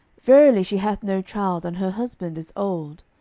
verily she hath no child, and her husband is old.